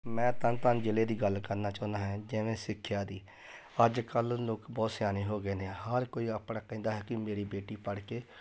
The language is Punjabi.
ਮੈਂ ਤਰਨਤਾਰਨ ਜ਼ਿਲ੍ਹੇ ਦੀ ਗੱਲ ਕਰਨਾ ਚਾਹੁੰਦਾ ਹਾਂ ਜਿਵੇਂ ਸਿੱਖਿਆ ਦੀ ਅੱਜ ਕੱਲ੍ਹ ਲੋਕ ਬਹੁਤ ਸਿਆਣੇ ਹੋ ਗਏ ਨੇ ਹਰ ਕੋਈ ਆਪਣਾ ਕਹਿੰਦਾ ਹੈ ਕਿ ਮੇਰੀ ਬੇਟੀ ਪੜ੍ਹ ਕੇ